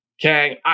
Kang